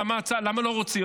למה לא רוצים?